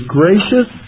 gracious